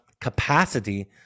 capacity